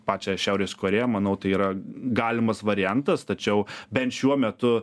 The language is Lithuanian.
pačią šiaurės korėją manau tai yra galimas variantas tačiau bent šiuo metu